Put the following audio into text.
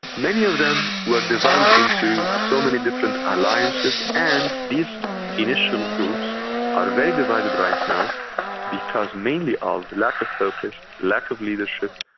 many of them were divided into so many different alliances and these initial groups are very divided right now because mainly of lack of focus, lack of leadership,